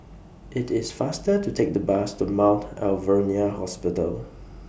IT IS faster to Take The Bus to Mount Alvernia Hospital